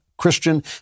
Christian